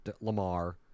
Lamar